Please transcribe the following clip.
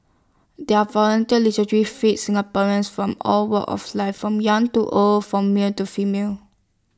their volunteer fee Singaporeans from all walks of life from young to old from male to female